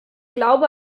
glaube